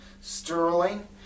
sterling